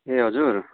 ए हजुर